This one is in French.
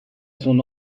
son